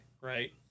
right